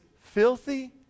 filthy